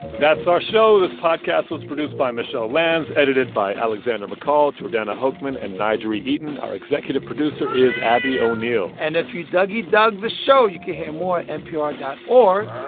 that's our show. this podcast was produced by michelle lanz, edited by alexander mccall, jordana hochman and n'jeri eaton. our executive producer is abby o'neill and if you doug e. dug the show, you can hear more at npr dot org,